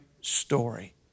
story